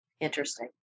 interesting